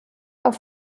auf